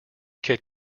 kit